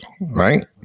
right